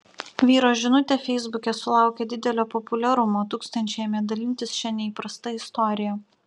vyro žinutė feisbuke sulaukė didelio populiarumo tūkstančiai ėmė dalintis šia neįprasta istorija